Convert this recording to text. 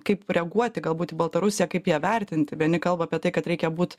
kaip reaguoti galbūt į baltarusiją kaip ją vertinti vieni kalba apie tai kad reikia būt